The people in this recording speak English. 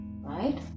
right